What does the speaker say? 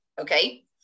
okay